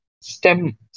STEM